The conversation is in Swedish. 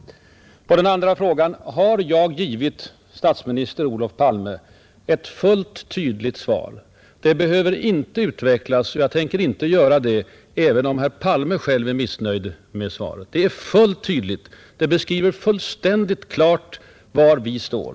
På den andra frågan har jag givit statsminister Olof Palme ett tydligt svar, Det behöver inte utvecklas. Jag tänker inte heller göra det, även om herr Palme själv är missnöjd med svaret. Det är fullt tydligt och beskriver fullständigt klart var vi står.